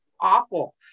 awful